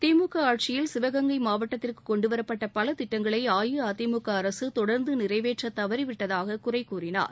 திமுக ஆட்சியில் சிவகங்கை மாவட்டத்திற்கு கொண்டு வரப்பட்ட பல திட்டங்களை அஇஅதிமுக அரசு தொடர்ந்து நிறைவேற்ற தவறிவிட்டதாக குறை கூறினார்